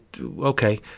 okay